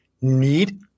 need